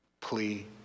plea